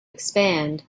expand